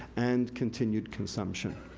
and continued consumption.